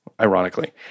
Ironically